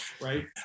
Right